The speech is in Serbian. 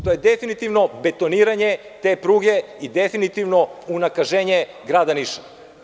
To je definitivno betoniranje te pruge i definitivno unakaženje grada Niša.